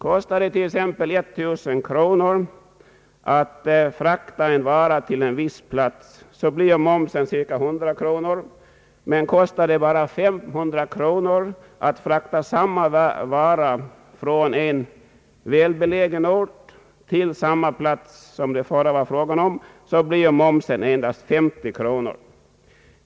Kostar det t.ex. 1000 kronor att frakta en vara till en viss plats så blir momsen cirka 100 kronor, men kostar det bara 500 kronor att frakta samma vara från en mer välbelägen ort till samma plats som det förut var frågan om så blir momsen endast 50 kronor.